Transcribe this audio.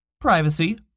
Privacy